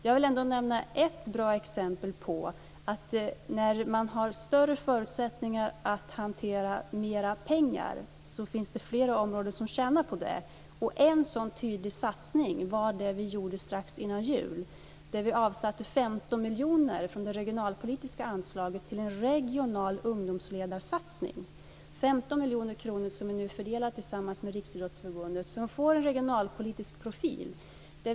Jag vill nämna ett bra exempel, nämligen att när man har större förutsättningar att hantera mer pengar finns det flera områden som tjänar på det. En sådan tydlig satsning var den vi gjorde strax innan jul. Vi avsatte 15 miljoner kronor från det regionalpolitiska anslaget till en regional ungdomsledarsatsning. Det är 15 miljoner kronor som vi nu fördelar tillsammans med Riksidrottsförbundet och som får en regionalpolitisk profil.